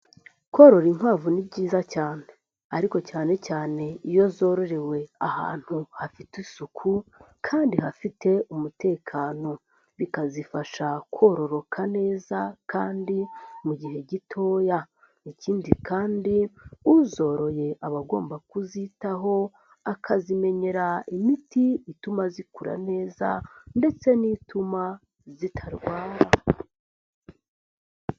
Korora inkwavu ni byiza cyane, ariko cyane cyane iyo zororewe ahantu hafite isuku kandi hafite umutekano, bikazifasha kororoka neza kandi mu gihe gitoya. Ikindi kandi uzoroye aba agomba kuzitaho akazimenyera imiti ituma zikura neza ndetse nituma zitarwara.